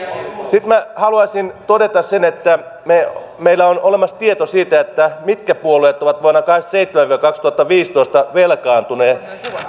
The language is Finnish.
sitten minä haluaisin todeta sen että meillä on olemassa tieto siitä mitkä puolueet ovat vuosina tuhatyhdeksänsataakahdeksankymmentäseitsemän viiva kaksituhattaviisitoista